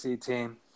team